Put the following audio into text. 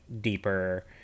deeper